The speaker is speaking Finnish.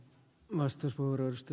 arvoisa puhemies